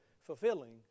fulfilling